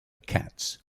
cats